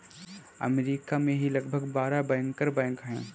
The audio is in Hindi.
अमरीका में ही लगभग बारह बैंकर बैंक हैं